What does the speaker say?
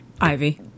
Ivy